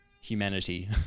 humanity